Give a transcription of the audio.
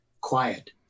quiet